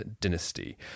dynasty